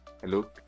Hello